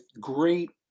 great